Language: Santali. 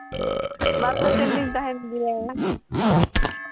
ᱵᱟᱨ ᱯᱮ ᱫᱤᱱ ᱞᱤᱧ ᱛᱟᱦᱮᱱ ᱜᱮᱭᱟ